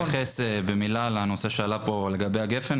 אני גם אתייחס במילה על הנושא שעלה פה לגבי הגפן,